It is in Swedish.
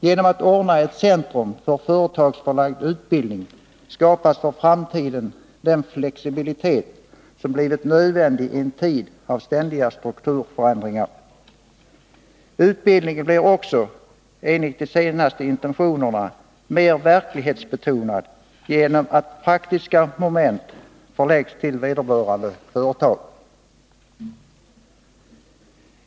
Genom att ordna ett centrum för företagsförlagd utbildning skapas för framtiden den flexibilitet som har blivit nödvändig i en tid av ständiga strukturförändringar. Utbildningen blir också enligt de senaste intentionerna mer verklighetsbetonad genom att praktiska moment förläggs till vederbörande företag.